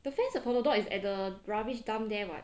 the fence for the dog is at the rubbish dump there [what]